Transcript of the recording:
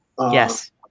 Yes